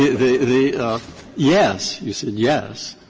the the yes, you said yes,